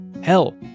Hell